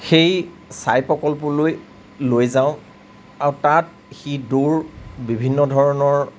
সেই ছাই প্ৰকল্পলৈ লৈ যাওঁ আৰু তাত সি দৌৰ বিভিন্ন ধৰণৰ